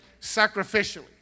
sacrificially